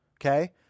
Okay